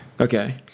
okay